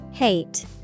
hate